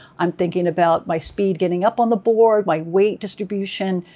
i'm thinking about my speed, getting up on the board, my weight distribution.